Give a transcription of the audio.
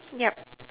yup